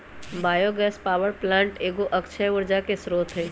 bio gas power plant एगो अक्षय ऊर्जा के स्रोत हइ